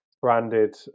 branded